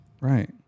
right